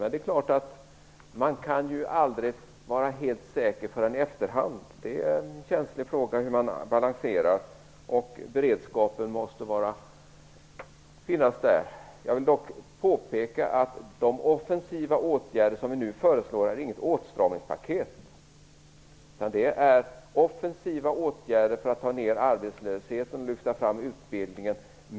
Men det är klart att man aldrig kan vara helt säker förrän i efterhand. Det är en känslig fråga hur man balanserar detta. Beredskapen måste finnas där. Jag vill dock påpeka att de offensiva åtgärder som vi nu föreslår inte är något åtstramningspaket, utan det är offensiva åtgärder för att ta ned arbetslösheten och lyfta fram utbildningen.